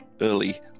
early